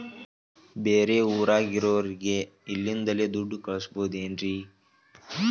ಬೇರೆ ಊರಾಗಿರೋರಿಗೆ ಇಲ್ಲಿಂದಲೇ ದುಡ್ಡು ಕಳಿಸ್ಬೋದೇನ್ರಿ?